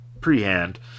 pre-hand